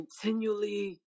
continually